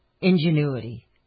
ingenuity